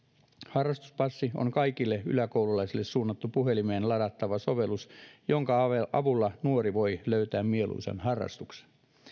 harrastuspassi on kaikille yläkoululaisille suunnattu puhelimeen ladattava sovellus jonka avulla nuori voi löytää mieluisan harrastuksen